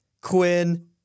Quinn